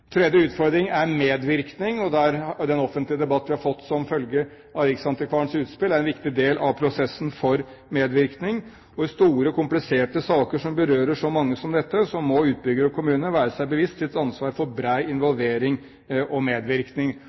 tredje utfordringen er medvirkning. Den offentlige debatt vi har fått som følge av Riksantikvarens utspill, er en viktig del av prosessen for medvirkning. I store kompliserte saker som berører så mange som denne, må utbyggere og kommune være seg sitt ansvar bevisst for bred involvering og medvirkning.